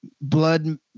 blood